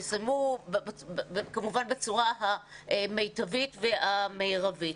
יסיימו כמובן המיטבית והמירבית.